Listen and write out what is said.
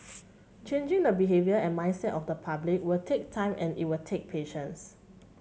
changing the behaviour and mindset of the public will take time and it will take patience